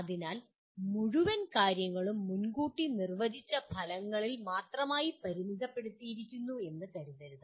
അതിനാൽ മുഴുവൻ കാര്യങ്ങളും മുൻകൂട്ടി നിർവചിച്ച ഫലങ്ങളിൽ മാത്രമായി പരിമിതപ്പെടുത്തിയിരിക്കുന്നു എന്ന് കരുതരുത്